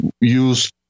use